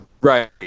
right